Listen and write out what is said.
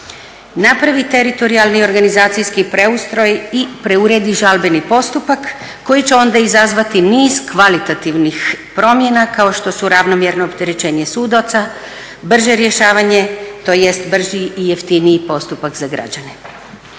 napravi teritorijalni organizacijski preustroj i preuredi žalbeni postupak koji će onda izazvati niz kvalitativnih promjena kao što su ravnomjerno opterećenje sudaca, brže rješavanje tj. brži i jeftiniji postupak za građane.